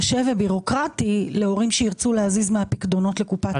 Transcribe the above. קשה ובירוקרטי להורים שירצו להזיז מהפיקדונות לקופת הגמל,